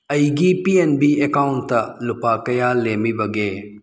ꯑꯩꯒꯤ P N B ꯑꯦꯀꯥꯎꯗ ꯂꯨꯄꯥ ꯀꯌꯥ ꯂꯦꯝꯃꯤꯕꯒꯦ